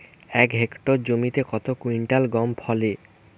এক হেক্টর জমিতে কত কুইন্টাল গম ফলে?